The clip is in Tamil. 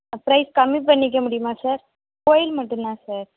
ஆ பிரைஸ் கம்மி பண்ணிக்க முடியுமா சார் கோயில் மட்டும்தான் சார்